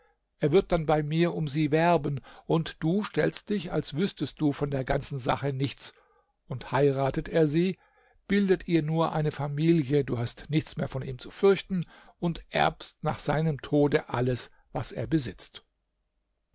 er wird dann bei mir um sie werben und du stellst dich als wüßtest du von der ganzen sache nichts und heiratet er sie bildet ihr nur eine familie du hast nichts mehr von ihm zu fürchten und erbst nach seinem tode alles was er besitzt